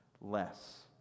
less